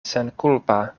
senkulpa